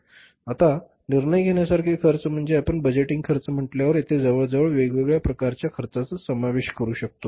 आता निर्णय घेण्यासारखे खर्च म्हणजे आपण बजेटिंग खर्च म्हटल्यावर येथे जवळजवळ वेगवेगळ्या प्रकारच्या खर्चाचा समावेश करू शकतो